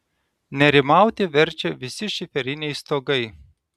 nerimauti verčia visi šiferiniai stogai